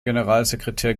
generalsekretär